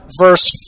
verse